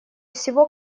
всего